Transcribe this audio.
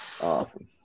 Awesome